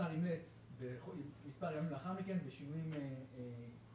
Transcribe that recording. השר אימץ את הדוח בשינויים מסוימים,